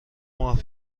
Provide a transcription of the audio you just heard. ماه